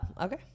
okay